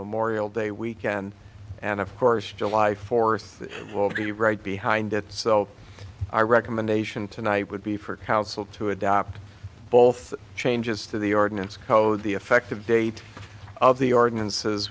the morial day weekend and of course july fourth will be right behind it so i recommendation tonight would be for council to adopt both changes to the ordinance code the effective date of the ordinances